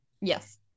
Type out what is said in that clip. Yes